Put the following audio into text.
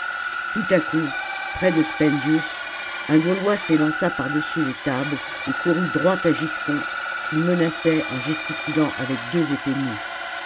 tout à coup près de spendius un gaulois s'élança par-dessus les tables et courut droit à giscon qu'il menaçait en gesticulant avec deux épées nues